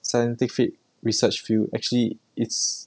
scientific research field actually it's